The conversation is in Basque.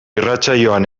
irratsaioan